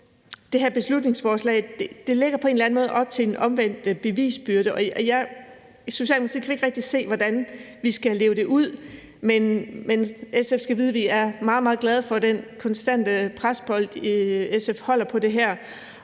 at der skal være omvendt bevisbyrde, og i Socialdemokratiet kan vi ikke rigtig se, hvordan vi skal leve det ud. Men SF skal vide, at vi er meget, meget glade for den konstante presbold, SF holder på det her,